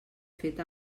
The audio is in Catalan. fet